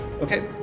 Okay